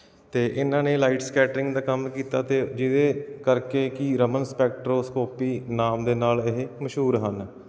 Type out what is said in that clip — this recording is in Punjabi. ਅਤੇ ਇਹਨਾਂ ਨੇ ਲਾਈਟਸ ਕੈਟਰਿੰਗ ਦਾ ਕੰਮ ਕੀਤਾ ਅਤੇ ਜਿਹਦੇ ਕਰਕੇ ਕਿ ਰਮਨ ਸਪੈਕਟਰੋਸਕੋਪੀ ਨਾਮ ਦੇ ਨਾਲ ਇਹ ਮਸ਼ਹੂਰ ਹਨ